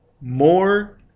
more